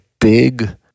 big